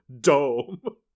dome